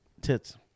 tits